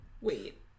Wait